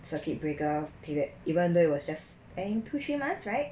circuit breaker period even though it was just eh two three months right